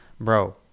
Bro